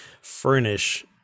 furnish